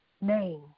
name